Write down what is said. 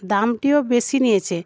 দামটিও বেশি নিয়েছে